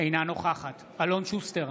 אינה נוכחת אלון שוסטר,